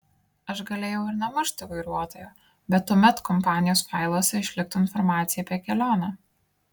aš galėjau ir nemušti vairuotojo bet tuomet kompanijos failuose išliktų informacija apie kelionę